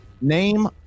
Name